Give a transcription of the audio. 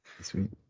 Sweet